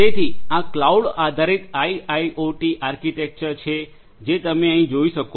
તેથી આ ક્લાઉડ આધારિત IIoT આર્કિટેક્ચર છે જે તમે અહીં જોઈ શકો